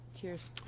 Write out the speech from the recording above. Cheers